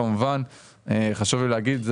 כמובן חשוב לי להגיד,